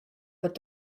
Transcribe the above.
but